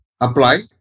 apply